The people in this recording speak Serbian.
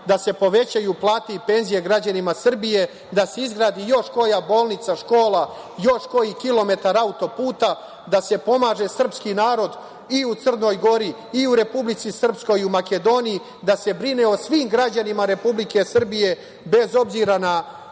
da se povećaju plate i penzije građanima Srbije, da se izgradi još koja bolnica, škola, još koji kilometar autoputa, da se pomaže srpski narod i u Crnoj Gori, i u Republici Srpskoj, i u Makedoniji, da se brine o svim građanima Republike Srbije, bez obzira na